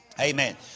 Amen